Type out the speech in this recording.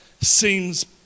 seems